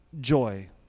joy